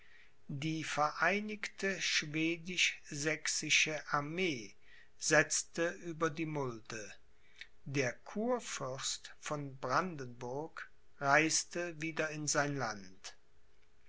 die vereinigte schwedisch sächsische armee setzte über die mulde der kurfürst von brandenburg reiste wieder in sein land